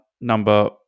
number